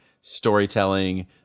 storytelling